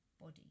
body